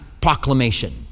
proclamation